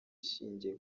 ishingiye